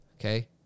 okay